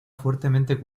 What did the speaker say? fuertemente